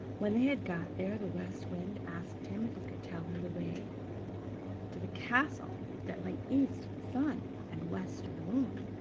when they had got there, the west wind asked him if he could tell her the way to the castle that lay east of the sun and west of the moon,